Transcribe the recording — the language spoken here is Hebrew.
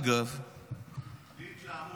בלי התלהמות,